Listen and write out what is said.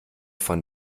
von